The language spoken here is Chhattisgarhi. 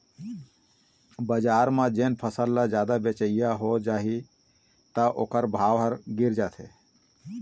बजार म जेन फसल ल जादा बेचइया हो जाही त ओखर भाव ह गिर जाथे